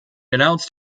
announced